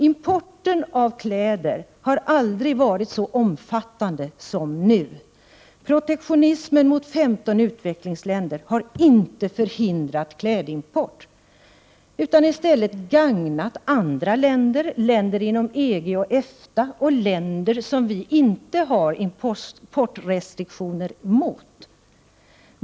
Importen av kläder har aldrig varit så omfattande som nu. Protektionismen mot 15 utvecklingsländer har inte förhindrat klädimport utan i stället gagnat andra länder, länder inom EG och EFTA och länder som vi inte har importrestriktioner mot.